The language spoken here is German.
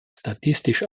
statistisch